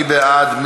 מי בעד?